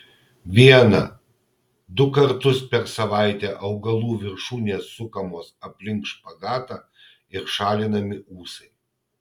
vieną du kartus per savaitę augalų viršūnės sukamos aplink špagatą ir šalinami ūsai